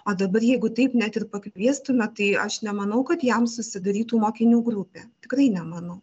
o dabar jeigu taip net ir pakviestume tai aš nemanau kad jam susidarytų mokinių grupė tikrai nemanau